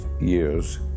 years